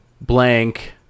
blank